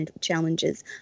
challenges